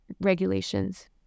regulations